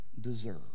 deserve